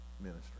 ministry